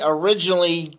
originally